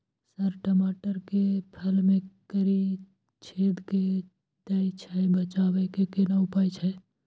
Sir टमाटर के फल में कीरा छेद के दैय छैय बचाबै के केना उपाय छैय?